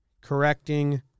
correcting